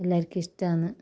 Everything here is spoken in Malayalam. എല്ലാവർക്കും ഇഷ്ടാന്ന്